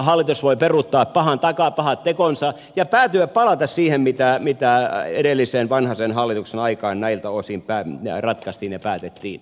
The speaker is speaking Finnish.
hallitus voi peruuttaa pahat tekonsa ja päätyä palata siihen mitä edellisen vanhasen hallituksen aikaan näiltä osin ratkaistiin ja päätettiin